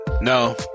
no